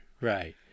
Right